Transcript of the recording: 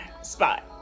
spot